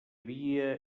havia